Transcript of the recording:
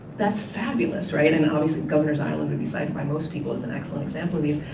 that's fabulous, right? and obviously governor's island would be cited by most people as an excellent example of these.